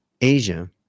Asia